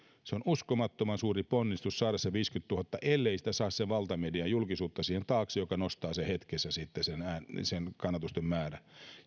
on uskomattoman suuri ponnistus saada viisikymmentätuhatta allekirjoitusta ellei saa valtamedian julkisuutta siihen taakse mikä nostaa hetkessä sitten sen kannatusten määrän